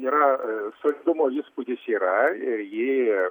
yra sotumo įspūdis yra ir jį